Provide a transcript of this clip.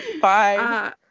Bye